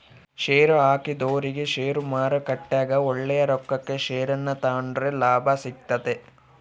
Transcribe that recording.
ಷೇರುಹಾಕಿದೊರಿಗೆ ಷೇರುಮಾರುಕಟ್ಟೆಗ ಒಳ್ಳೆಯ ರೊಕ್ಕಕ ಷೇರನ್ನ ತಾಂಡ್ರೆ ಲಾಭ ಸಿಗ್ತತೆ